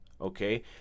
okay